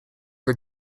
for